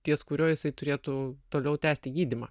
ties kuriuo jisai turėtų toliau tęsti gydymą